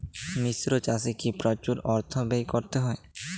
মিশ্র চাষে কি প্রচুর অর্থ ব্যয় করতে হয়?